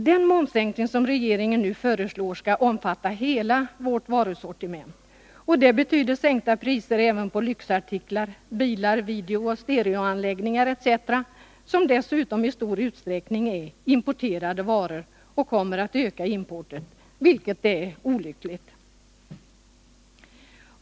Den momssänkning som regeringen nu föreslår skall omfatta hela vårt varusortiment. Detta betyder sänkta priser även på lyxartiklar, bilar, videooch stereoanläggningar etc., som dessutom i stor utsträckning är importerade varor, varför importen kommer att öka, vilket är olyckligt.